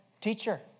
teacher